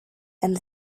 and